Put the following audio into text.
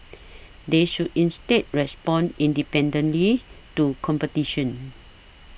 they should instead respond independently to competition